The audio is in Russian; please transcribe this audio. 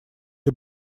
для